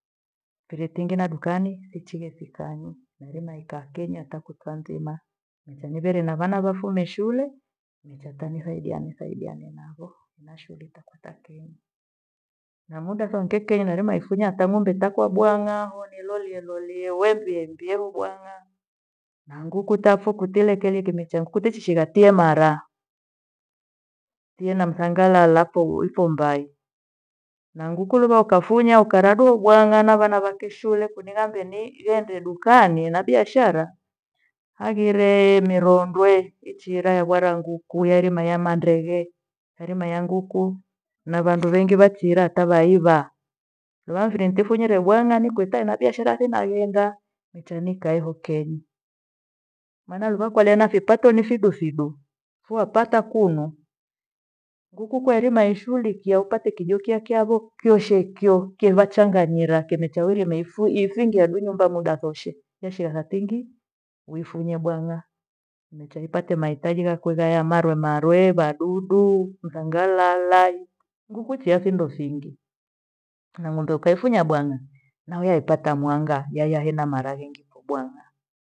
Piritingi na dukani sichi gethikanyi narima ikaa kenyi hata kutwa nzima. Mchana veri na vana vafumie shule nichata nithaidia nithaidiane navo na shuhuli takwe za kenyi. Na muda thonge kenyi nairima ifunya hata ng'ombe takwa bwang'aho nilolie lolie wembimbi heu bwang'a na nguku tafo kutile kele kemecha nkutishighatie mara. Pia na mthangalapho huifo mbai, na nguku luva ukafunya ukaradua bwang'a na vana vake shule kuninga mbenii yaende dukani na biashara. Hagire mirondwe ichira yagwara nguku yairima yamandeghe. Harima ya nguku na vandu vengi vachira hata vaiva. Mira mfiri ntifunya rebwang'a nikuita ena biashara thinaghenda nichanikaeho kenyi. Maana luva kwalea na vipato ni fidu fidu, wapata kunu nguku kwairima waishughulikia wapate kijo kyakyavo kioshe kyio kevachanganyira kimechawiri maifu ifungiadu nyumba muda thoshe. Heshigha thingi uifunya bwang'a micha ipate mahitaji ghakwe gaya marwe marwee vadudu mthangalala nguku chia findo fingi na ng'ombe kaifunya bwang'a nawe aipata mwanga yaya hena maharage ngiko bwang'a.